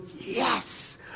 Yes